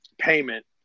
payment